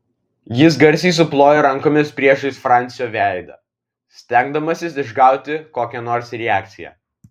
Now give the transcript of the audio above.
jis garsiai suplojo rankomis priešais francio veidą stengdamasis išgauti kokią nors reakciją